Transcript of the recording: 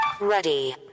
Ready